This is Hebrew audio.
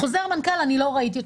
חוזר מנכ"ל אני לא ראיתי.